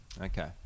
okay